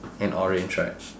and orange right